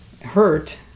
hurt